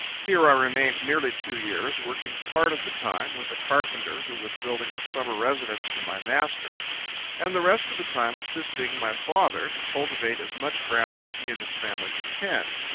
here i remained nearly two years, working, part of the time, with a carpenter, who was building a summer residence for my master and the rest of the time, assisting my father to cultivate as much ground as he and his family could tend.